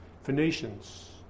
Phoenicians